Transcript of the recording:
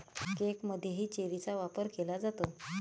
केकमध्येही चेरीचा वापर केला जातो